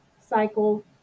cycle